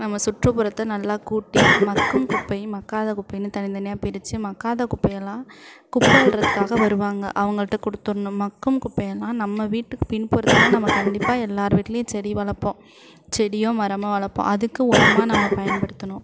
நம்ம சுற்றுப்புறத்தை நல்லா கூட்டி மட்கும் குப்பை மட்காத குப்பைன்னு தனி தனியாக பிரித்து மட்காத குப்பையெல்லாம் குப்பை அள்ளுகிறதுக்காக வருவாங்க அவங்கள்ட்ட கொடுத்துர்ணும் மட்கும் குப்பையெல்லாம் நம்ம வீட்டுக்கு பின்புறத்தில் நம்ம கண்டிப்பாக எல்லாேர் வீட்லேயும் செடி வளர்ப்போம் செடியோ மரமோ வளர்ப்போம் அதுக்கு உரமாக நம்ம பயன்படுத்தணும்